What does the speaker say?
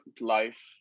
life